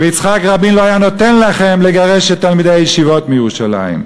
ויצחק רבין לא היה נותן לכם לגרש את תלמידי הישיבות מירושלים.